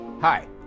Hi